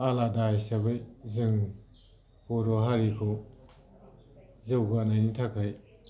आलादा हिसाबै जों बर' हारिखौ जौगानायनि थाखाय